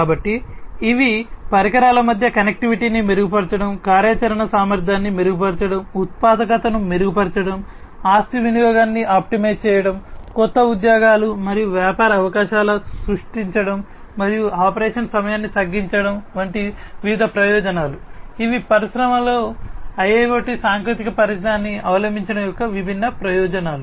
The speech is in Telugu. కాబట్టి ఇవి పరికరాల మధ్య కనెక్టివిటీని మెరుగుపరచడం కార్యాచరణ సామర్థ్యాన్ని మెరుగుపరచడం ఉత్పాదకతను మెరుగుపరచడం ఆస్తి వినియోగాన్ని ఆప్టిమైజ్ చేయడం కొత్త ఉద్యోగాలు మరియు వ్యాపార అవకాశాలను సృష్టించడం మరియు ఆపరేషన్ సమయాన్ని తగ్గించడం వంటి వివిధ ప్రయోజనాలు ఇవి పరిశ్రమలో IIoT సాంకేతిక పరిజ్ఞానాన్ని అవలంబించడం యొక్క విభిన్న ప్రయోజనాలు